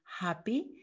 happy